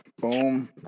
Boom